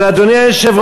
אבל, אדוני היושב-ראש,